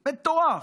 מטורף,